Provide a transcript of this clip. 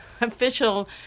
official